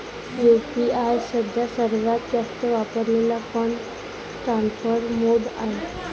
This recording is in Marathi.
यू.पी.आय सध्या सर्वात जास्त वापरलेला फंड ट्रान्सफर मोड आहे